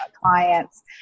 clients